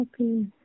Okay